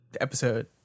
episode